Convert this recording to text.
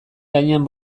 gainean